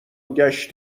ﮔﺸﺘﯿﻢ